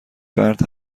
فرد